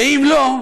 ואם לא,